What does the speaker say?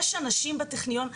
יש אנשים בטכניון.